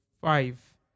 Five